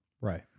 Right